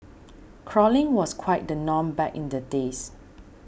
crawling was quite the norm back in the days